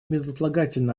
безотлагательно